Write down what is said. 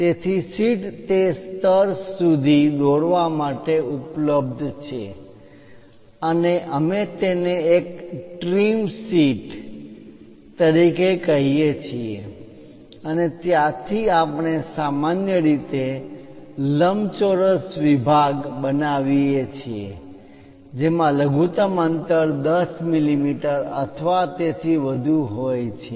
તેથી શીટ તે સ્તર સુધી દોરવા માટે ઉપલબ્ધ છે અને અમે તેને એક ટ્રીમ શીટ સુવ્યવસ્થિત ધાર trim તરીકે કહીએ છીએ અને ત્યાંથી આપણે સામાન્ય રીતે લંબચોરસ વિભાગ બ્લોક block બનાવીએ છીએ જેમાં લઘુત્તમ અંતર 10 મીમી અથવા તેથી વધુ હોય છે